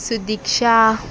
Sudiksha